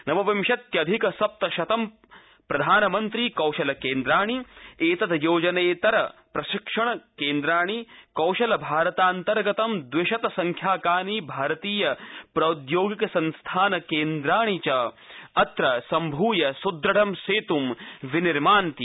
नवविइत्यधिक सप्तशतं प्रधानमन्त्री कौशल केन्द्राणि एतद्योजनेतर प्रशिक्षण केन्द्राणि कौशलभारतन्तर्गतं द्विशत सख्याकानि भारतीय प्रौद्यगिकसंस्थान केन्द्राणि सम्भूय स्दृढं सेत् निमान्ति